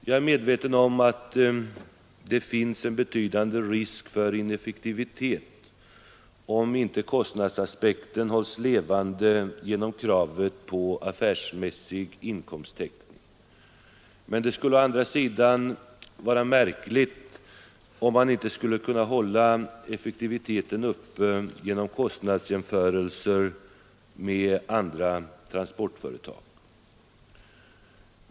Jag är medveten om att det finns en betydande risk för ineffektivitet om inte kostnadsaspekten hålls levande genom kravet på affärsmässig inkomsttäckning, men det skulle å andra sidan vara märkligt om man inte kunde hålla effektiviteten uppe genom kostnadsjämförelser med andra transportföretag.